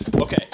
Okay